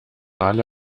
alle